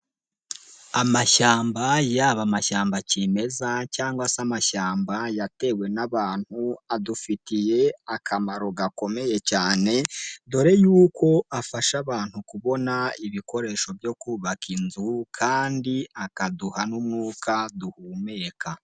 Amashyamba yaba amashyamba kimeza cyangwa se amashyamba yatewe n'abantu adufitiye akamaro gakomeye cyane, dore yuko afasha abantu kubona ibikoresho byo kubaka inzu kandi akaduha n'umwuka duhumeka.